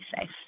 safe